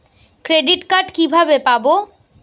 Credit card কিভাবে পাব?